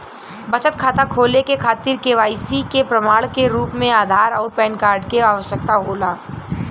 बचत खाता खोले के खातिर केवाइसी के प्रमाण के रूप में आधार आउर पैन कार्ड के आवश्यकता होला